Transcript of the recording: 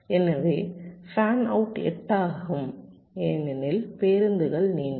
எனவே fan out 8 ஆகும் ஏனெனில் பேருந்துகள் நீண்டது